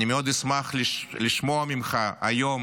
אני אשמח מאוד לשמוע ממך היום